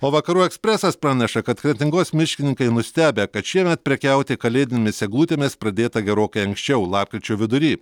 o vakarų ekspresas praneša kad kretingos miškininkai nustebę kad šiemet prekiauti kalėdinėmis eglutėmis pradėta gerokai anksčiau lapkričio vidury